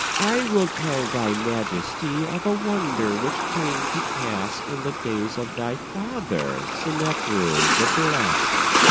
i will tell thy majesty of a wonder which came to pass in the days of thy father seneferu, the blessed,